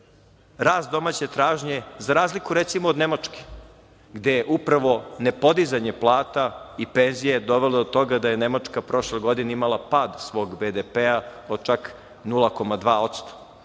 rast domaće tražnje, za razliku recimo od Nemačke, gde upravo ne podizanje plata i penzija je dovelo do toga da je Nemačka prošle godine imala pad svog BDP, od čak 0,2%.